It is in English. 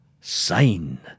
Sign